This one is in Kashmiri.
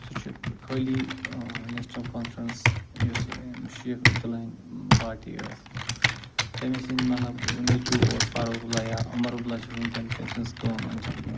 سُہ چھُ خٲلی آ نیشنل کانفرنس یُس شیخ عبدُاللہ ہٕنۍ پارٹی ٲس تٔمۍ سٕنٛدۍ مطلب نیٚچو اوس فاروق عبدُاللہ یا عمرعبدُاللہ چھُ وُنکٮ۪ن تٔمۍ سٕنٛز کٲم انجام دِوان